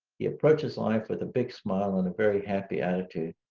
he approaches life with a big smile and a very happy attitude.